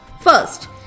first